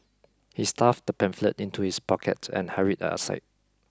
he stuffed the pamphlet into his pocket and hurried outside